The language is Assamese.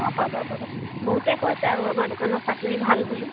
অঁ পাবা পাবা বহুতে কৈছে আৰু আমাৰ দোকানৰ চাহখিনি ভাল বুলি